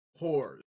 whores